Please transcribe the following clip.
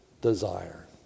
desire